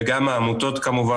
וגם העמותות כמובן,